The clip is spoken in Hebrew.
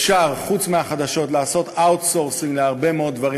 אפשר חוץ מהחדשות לעשות outsourcing להרבה מאוד דברים,